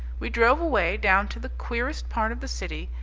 we drove away down to the queerest part of the city,